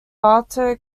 bartow